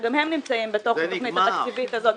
שגם הם נמצאים בתוך התוכנית התקציבית הזאת.